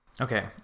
Okay